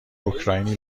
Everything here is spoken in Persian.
اوکراینی